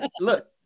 Look